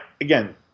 again